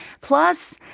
Plus